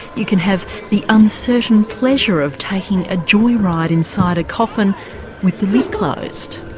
you can have the uncertain pleasure of taking a joyride inside a coffin with the lid closed.